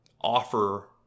offer